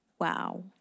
Wow